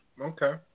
Okay